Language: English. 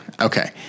okay